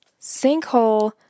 Sinkhole